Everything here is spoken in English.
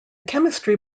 chemistry